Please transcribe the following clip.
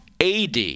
AD